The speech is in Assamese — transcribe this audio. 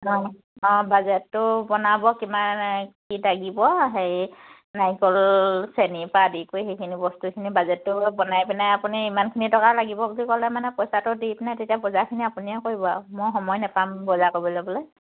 অঁ অঁ বাজেটটো বনাব কিমান কি লাগিব হেৰি নাৰিকল চেনীৰপৰা আদি কৰি সেইখিনি বস্তুখিনি বাজেটটো বনাই পিনাই আপুনি ইমানখিনি টকা লাগিব বুলি ক'লে মানে পইছাটো দি পিনাই তেতিয়া বজাৰখিনি আপুনিয়ে কৰিব আৰু মই সময় নাপাম বজাৰ ক'বলৈ যাবলৈ